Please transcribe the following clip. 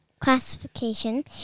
classification